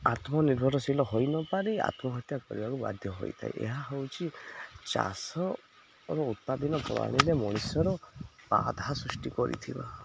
ଆତ୍ମ ନିର୍ଭରଶୀଳ ହୋଇନପାରି ଆତ୍ମହତ୍ୟା କରିବାକୁ ବାଧ୍ୟ ହୋଇଥାଏ ଏହା ହେଉଛି ଚାଷର ଉତ୍ପାଦନ ପ୍ରଣାଳୀରେ ମଣିଷର ବାଧା ସୃଷ୍ଟି କରିଥିବା